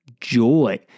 joy